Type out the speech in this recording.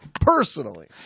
personally